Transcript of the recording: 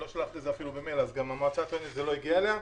היא לא שלחה אותו אפילו במייל אז המועצה טוענת שזה לא הגיע אליה.